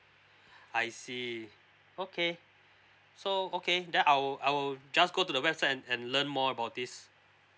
I see okay so okay then I'll I'll just go to the website and and learn more about this